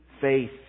faith